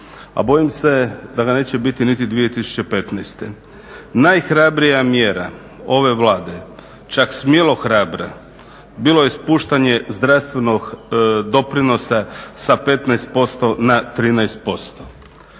a bojim se da ga neće biti niti 2015. Najhrabrija mjera ove Vlade, čak smjelo hrabra bilo je ispuštanje zdravstvenog doprinosa sa 15% na 13%.